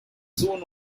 soon